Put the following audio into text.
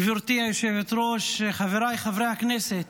גברתי היושבת-ראש, חבריי חברי הכנסת,